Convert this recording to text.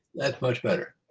that's much better